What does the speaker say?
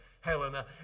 Helena